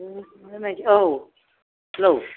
औ हेल'